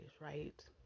right